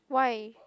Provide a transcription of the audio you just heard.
why